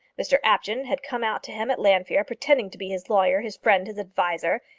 mr apjohn had come out to him at llanfeare, pretending to be his lawyer, his friend, his advisor,